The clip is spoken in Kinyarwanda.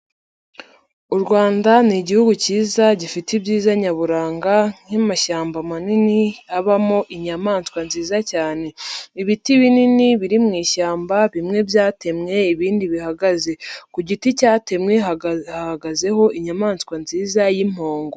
U Rwanda ni Igihugu kiza gifite ibyiza nyaburanga nk'amashyamba manini abamo inyamaswa nziza cyane. Ibiti binini biri mu ishyamba bimwe byatemwe ibindi bihagaze, ku giti cyatemwe hahagazeho inyamaswa nziza y'impongo.